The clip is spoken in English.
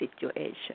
situation